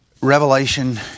revelation